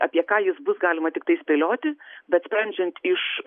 apie ką jis bus galima tiktai spėlioti bet sprendžiant iš